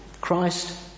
Christ